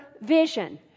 vision